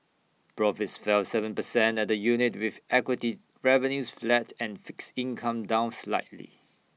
profits fell Seven percent at the unit with equity revenues flat and fixed income down slightly